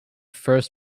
first